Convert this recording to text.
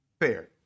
Fair